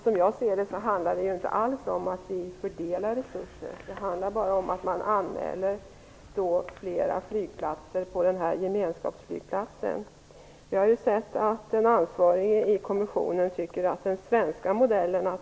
Som jag ser det handlar det inte alls om att vi fördelar resurser - det handlar bara om att man anmäler flera flygplatser på gemenskapsflygplatsen. Vi har ju sett att den ansvarige i kommissionen betecknar den svenska modellen som en paradox eller anomali.